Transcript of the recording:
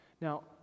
Now